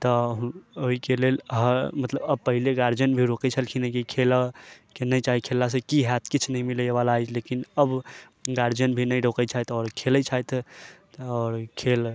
तऽ ओइके लेल मतलब पहिले गार्जियन भी रोकै छलखिन की खेलऽके नहि चाही खेललासँ की हैत किछु नहि मिलैवला अछि लेकिन अब गार्जियन भी नहि रोकै छथि आओर खेलै छथि आओर खेल